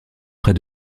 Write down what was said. près